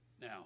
Now